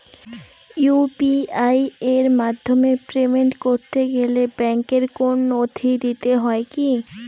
UPI এর মাধ্যমে payment করতে গেলে ব্যাংকের কোন নথি দিতে হয় কি?